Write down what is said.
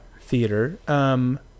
theater